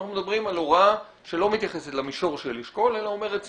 אנחנו מדברים על הוראה שלא מתייחסת למישור של אשכול אלא אומרת "סמוכה".